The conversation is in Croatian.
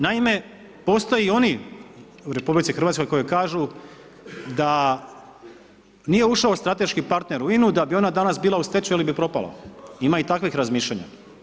Naime, postoje i oni u RH koji kažu da nije ušao strateški partner u INU da bi ona danas bila u stečaju ili bi propala, ima i takvih razmišljanja.